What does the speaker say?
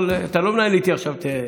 אתה לא מנהל איתי עכשיו את הדיון.